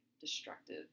destructive